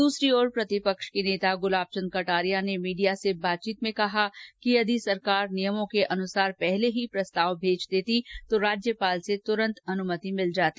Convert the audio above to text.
दूसरी ओर प्रतिपक्ष के नेता गुलाब चेंद कटारिया ने मीडिया र्स बताचीत में कहा कि यदि सरकार नियमों को अनुसार पहले ही प्रस्ताव भेज देती तो राज्यपाल से तुरंत अनुमति मिल जाती